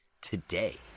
today